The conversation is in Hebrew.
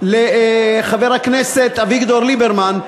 חבר הכנסת אביגדור ליברמן,